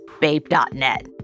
Babe.net